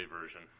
version